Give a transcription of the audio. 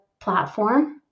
platform